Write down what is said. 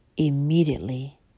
immediately